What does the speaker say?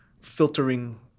filtering